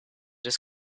his